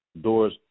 doors